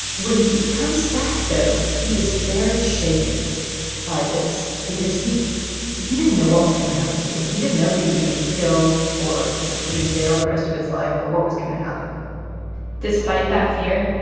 when he comes back, though, he is very shaken by this because he he didn't know what was going to happen to him. he didn't know if he was going to be killed or, you know, put in jail the rest of his life or what was going to happen despite that fear,